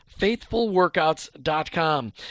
faithfulworkouts.com